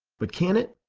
but can it?